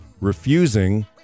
refusing